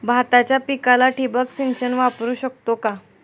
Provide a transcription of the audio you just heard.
भाताच्या पिकाला ठिबक सिंचन वापरू शकतो का?